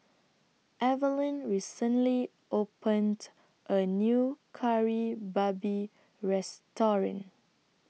Evelyn recently opened A New Kari Babi Restaurant